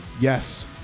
Yes